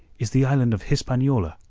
is the island of hispaniola.